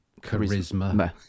charisma